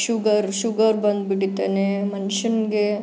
sugar sugar ಬಂದ್ಬಿಟ್ಟಿತ್ತೆ ಮನ್ಷನಿಗೆ